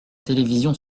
télévision